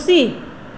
ᱯᱩᱥᱤ